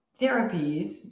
therapies